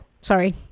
Sorry